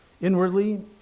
Inwardly